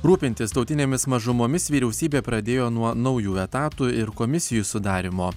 rūpintis tautinėmis mažumomis vyriausybė pradėjo nuo naujų etatų ir komisijų sudarymo